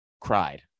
cried